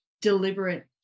deliberate